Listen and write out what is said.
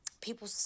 people